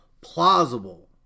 plausible